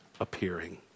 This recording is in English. appearing